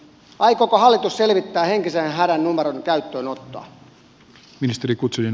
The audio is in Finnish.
aikooko hallitus selvittää henkisen hädän numeron käyttöönottoa